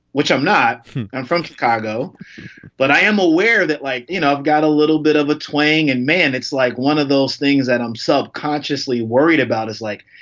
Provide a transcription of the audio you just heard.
which i'm not. i'm from chicago but i am aware that, like, you know, i've got a little bit of a twang. and man, it's like one of those things that i'm subconsciously worried about is like,